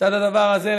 לצד הדבר הזה,